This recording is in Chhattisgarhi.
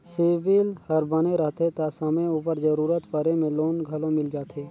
सिविल हर बने रहथे ता समे उपर जरूरत परे में लोन घलो मिल जाथे